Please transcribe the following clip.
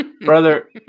brother